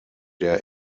der